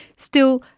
still,